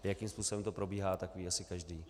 A jakým způsobem to probíhá, ví asi každý.